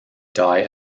dye